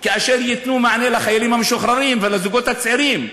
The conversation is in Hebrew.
כאשר ייתנו מענה לחיילים המשוחררים ולזוגות הצעירים.